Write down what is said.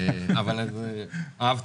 אושר.